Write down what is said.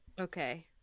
Okay